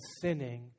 sinning